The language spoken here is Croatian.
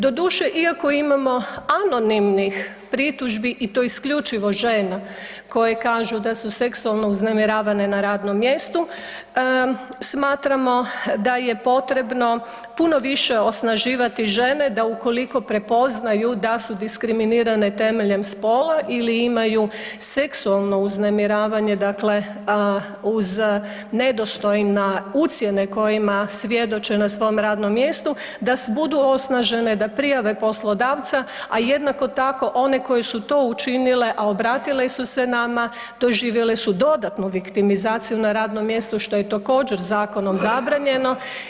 Doduše, iako imamo anonimnih pritužbi i to isključivo žena koje kažu da su seksualno uznemiravane na radnom mjestu, smatramo da je potrebno puno više osnaživati žene da ukoliko prepoznaju da su diskriminirane temeljem spola ili imaju seksualno uznemiravanje uz nedostojne ucjene kojima svjedoče na svome radnom mjestu da budu osnažene, da prijave poslodavca, a jednako tako one koje su to učinile, a obratile su se nama doživjele su dodatnu viktimizaciju na radnom mjestu što je također zakonom zabranjeno.